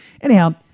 Anyhow